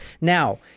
now